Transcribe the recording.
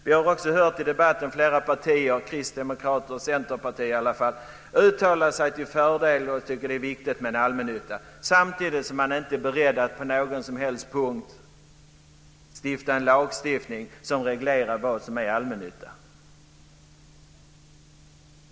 Vi har också i debatten hört flera partier - i varje fall Kristdemokraterna och Centern - uttala sig om fördelen med och vikten av en allmännytta. Samtidigt är man inte beredd att på någon som helst punkt stifta en lag som reglerar vad som är allmännytta.